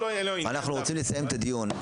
אנחנו רוצים לסיים את הדיון.